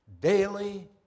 daily